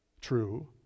true